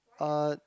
uh